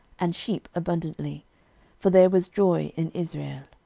and sheep abundantly for there was joy in israel.